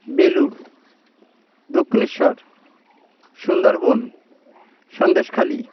Belur Dakshineswar Sundarban Sandeshkhali